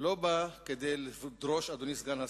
לא בא לדרוש, אדוני סגן השר,